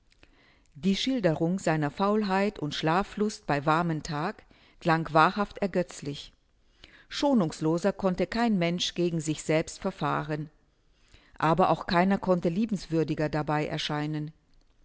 die schilderung seiner faulheit und schlaflust bei warmen tagen klang wahrhaft ergötzlich schonungsloser konnte kein mensch gegen sich selbst verfahren aber auch keiner konnte liebenswürdiger dabei erscheinen